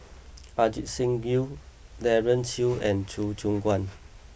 Ajit Singh Gill Daren Shiau and Choo Keng Kwang